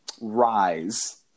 rise